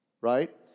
right